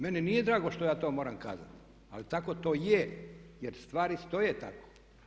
Meni nije drago što ja to moram kazati ali tako to je jer stvari stoje tako.